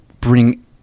bring